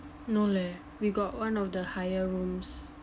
no leh we got one of the higher rooms